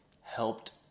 helped